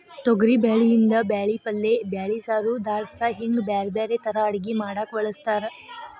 ತೊಗರಿಬ್ಯಾಳಿಯಿಂದ ಬ್ಯಾಳಿ ಪಲ್ಲೆ ಬ್ಯಾಳಿ ಸಾರು, ದಾಲ್ ಫ್ರೈ, ಹಿಂಗ್ ಬ್ಯಾರ್ಬ್ಯಾರೇ ತರಾ ಅಡಗಿ ಮಾಡಾಕ ಬಳಸ್ತಾರ